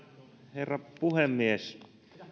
herra puhemies